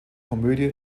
komödie